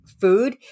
food